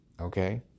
okay